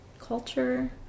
culture